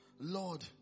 Lord